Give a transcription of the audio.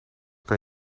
kan